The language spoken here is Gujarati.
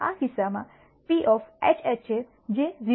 આ કિસ્સામાં P છે જે 0